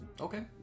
Okay